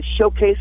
showcase